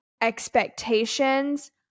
expectations